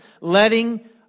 letting